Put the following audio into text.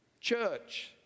Church